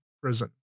prison